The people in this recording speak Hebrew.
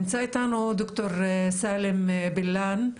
נמצא איתנו דוקטור סאלם בלאן,